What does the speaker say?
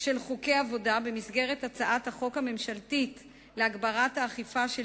של חוקי עבודה במסגרת הצעת החוק הממשלתית להגברת האכיפה של